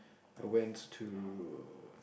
I went to